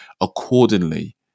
accordingly